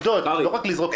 לא רק לזרוק סיסמאות.